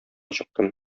чыктым